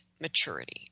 maturity